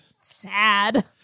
sad